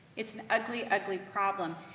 it's an ugly, ugly problem.